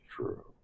true